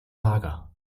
lager